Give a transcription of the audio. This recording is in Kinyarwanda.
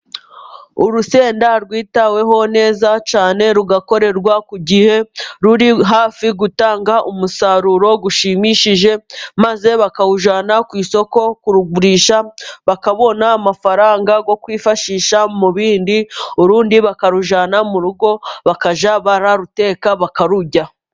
Urusenda rwitaweho neza cyane rugakorerwa ku gihe. Ruri hafi gutanga umusaruro ushimishije, maze bakawujyana ku isoko kurugurisha, bakabona amafaranga yo kwifashisha mu bindi, urundi bakarujyana mu rugo bakajya baruteka bakarurya.